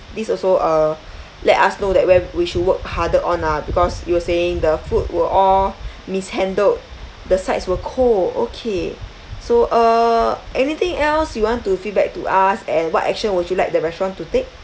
this also uh let us know that where we should work harder on lah because you were saying the food were all mishandled the sides were cold okay so uh anything else you want to feedback to us and what action would you like the restaurant to take